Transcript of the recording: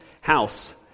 house